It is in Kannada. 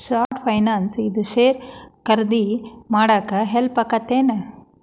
ಶಾರ್ಟ್ ಫೈನಾನ್ಸ್ ಇಂದ ಷೇರ್ ಖರೇದಿ ಮಾಡಾಕ ಹೆಲ್ಪ್ ಆಗತ್ತೇನ್